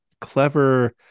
clever